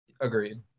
Agreed